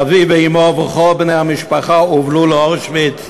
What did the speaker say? אביו ואמו וכל בני המשפחה הובלו לאושוויץ,